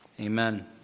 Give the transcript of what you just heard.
amen